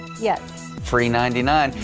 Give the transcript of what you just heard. yet. free ninety nine,